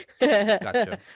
Gotcha